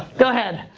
go head.